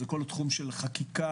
כל תחום החקיקה,